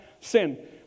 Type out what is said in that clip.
sin